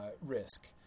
risk